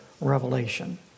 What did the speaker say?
revelation